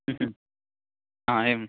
ह्म् ह्म् आम् एवं